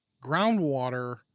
groundwater